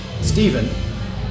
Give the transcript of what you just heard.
Stephen